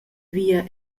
via